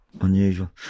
unusual